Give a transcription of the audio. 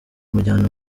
amujyana